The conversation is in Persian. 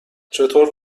چطور